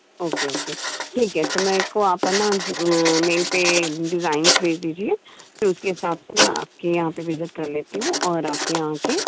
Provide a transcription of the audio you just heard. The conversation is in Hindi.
ओके ओके ठीक है तो मेरे को आप है ना मेरे पर डिज़ाइंस भेज दीजिए तो उसके हिसाब से मैं आपके यहाँ विज़िट कर लेती हूँ और आपके यहाँ के